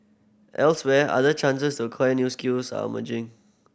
elsewhere other chances to acquire new skills are emerging